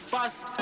Fast